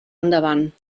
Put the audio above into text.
endavant